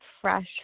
fresh